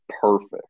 perfect